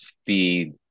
speed